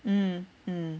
mm mm